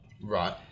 Right